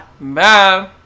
Bye